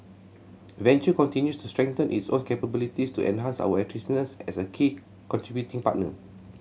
venture continues to strengthen its own capabilities to enhance our attractiveness as a key contributing partner